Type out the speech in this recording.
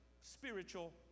spiritual